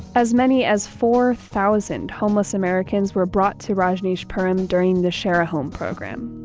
as many as four thousand homeless americans were brought to rajneeshpuram during the share a home program